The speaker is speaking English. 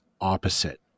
opposite